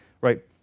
right